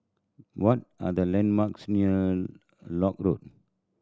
what are the landmarks near Lock Road